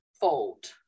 fold